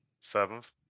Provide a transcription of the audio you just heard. Seventh